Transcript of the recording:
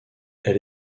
elle